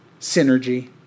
Synergy